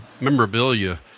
memorabilia